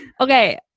Okay